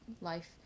life